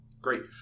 Great